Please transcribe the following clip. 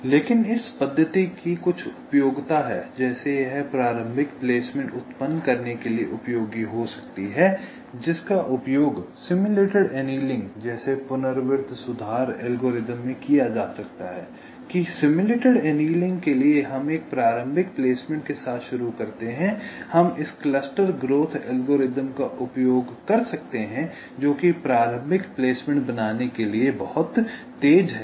लेकिन इस पद्धति की कुछ उपयोगिता है जैसे यह प्रारंभिक प्लेसमेंट उत्पन्न करने के लिए उपयोगी हो सकती है जिसका उपयोग सिम्युलेटेड एनीलिंग जैसे पुनरावृत्त सुधार एल्गोरिदम में किया जा सकता है कि सिम्युलेटेड एनीलिंग के लिए हम एक प्रारंभिक प्लेसमेंट के साथ शुरू करते हैं अब हम इस क्लस्टर ग्रोथ एल्गोरिदम का उपयोग कर सकते हैं जो कि प्रारंभिक प्लेसमेंट बनाने के लिए बहुत तेज़ है